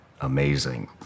amazing